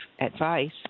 advice